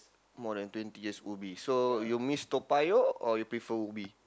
more than twenty years Ubi so you miss Toa-Payoh or you prefer Ubi